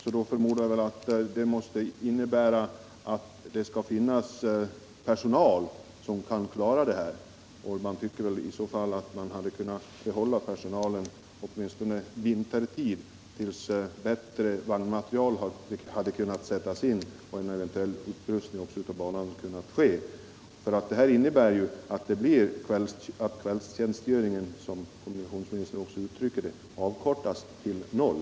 Jag förmodar att det innebär att det skall finnas personaltillgång som kan klara uppkomna svårigheter, och jag tycker i så fall att man kunde behålla personalen åtminstone vintertid tills bättre vagnsmateriel kan sättas in och en eventuell upprustning av banan kan ske. Detta innebär ju att kvällstjänstgöringen, som kommunikationsministern också uttryckte det, avkortas till noll.